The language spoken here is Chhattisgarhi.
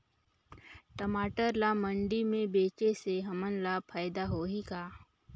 टमाटर ला मंडी मे बेचे से हमन ला फायदा होही का?